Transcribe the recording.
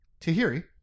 Tahiri